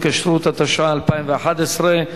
התשע"א 2011,